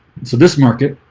so this market,